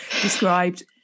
described